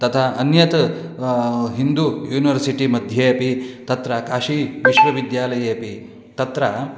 तथा अन्यत् हिन्दू यूनिवर्सिटि मध्येऽपि तत्र काशी विश्वविद्यालयेऽपि तत्र